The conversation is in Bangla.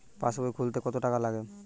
পাশবই খুলতে কতো টাকা লাগে?